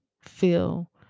feel